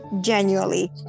Genuinely